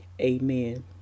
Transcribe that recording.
Amen